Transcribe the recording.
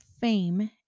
fame